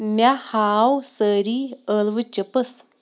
مےٚ ہاو سٲری ٲلوٕ چِپٕس